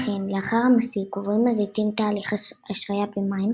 לכן, לאחר המסיק עוברים הזיתים תהליך השריה במים,